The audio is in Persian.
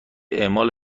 اعمال